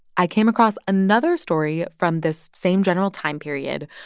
i came across another story from this same general time period,